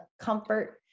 comfort